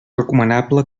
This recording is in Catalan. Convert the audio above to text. recomanable